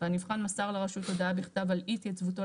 והנבחן מסר לרשות הודעה בכתב על אי התייצבותו